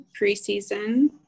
preseason